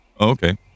Okay